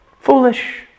Foolish